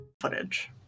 Footage